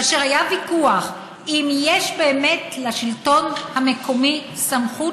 כאשר היה ויכוח אם יש באמת לשלטון המקומי סמכות